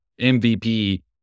MVP –